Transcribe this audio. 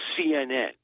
CNN